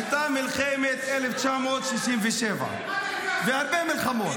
הייתה מלחמת 1967. והרבה מלחמה.